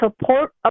support